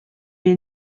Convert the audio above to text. est